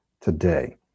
today